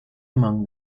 among